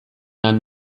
han